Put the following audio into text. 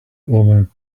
omen